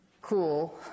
cool